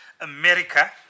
America